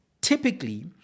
typically